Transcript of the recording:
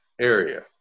area